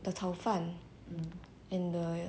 the 炒饭 and the